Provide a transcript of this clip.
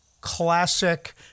classic